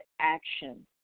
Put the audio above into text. action